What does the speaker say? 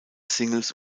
singles